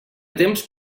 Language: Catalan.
temps